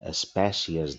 espècies